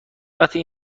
وقتی